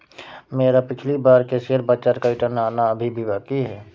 मेरा पिछली बार के शेयर बाजार का रिटर्न आना अभी भी बाकी है